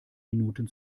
minuten